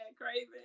craving